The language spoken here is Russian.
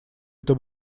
это